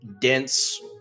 dense